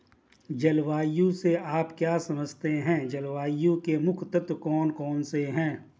जलवायु से आप क्या समझते हैं जलवायु के मुख्य तत्व कौन कौन से हैं?